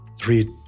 Three